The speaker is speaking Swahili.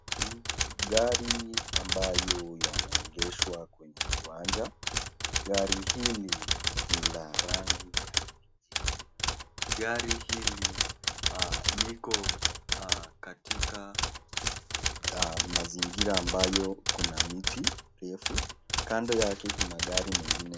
Gari ambayo yameegeshwa kwenye kiwanja. Gari hili ni la rangi ya kijivu. Gari hili liko katika mazingira ambayo kuna miti refu, kando yake kuna gari nyingine.